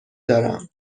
دارم